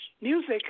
music